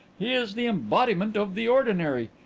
he is the embodiment of the ordinary.